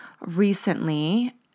recently